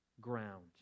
ground